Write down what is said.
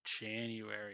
January